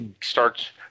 starts